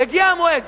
הגיע המועד,